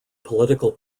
political